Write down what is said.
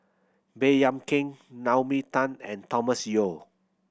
Baey Yam Keng Naomi Tan and Thomas Yeo